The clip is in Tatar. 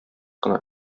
кына